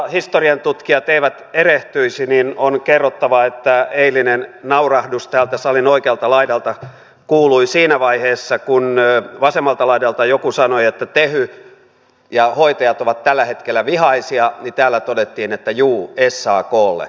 jotta historiantutkijat eivät erehtyisi on kerrottava että eilinen naurahdus täältä salin oikealta laidalta kuului siinä vaiheessa kun vasemmalta laidalta joku sanoi että tehy ja hoitajat ovat tällä hetkellä vihaisia jolloin täällä todettiin että juu saklle